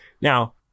now